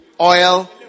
oil